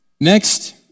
Next